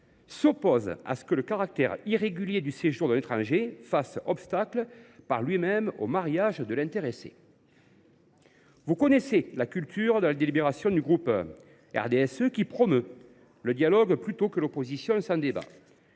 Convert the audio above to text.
s’opposent à ce que le caractère irrégulier du séjour d’un étranger fasse obstacle, par lui même, au mariage de l’intéressé ». Mes chers collègues, vous connaissez la culture de la délibération du groupe RDSE, qui promeut le dialogue, plutôt que l’opposition sans débat.